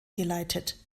geleitet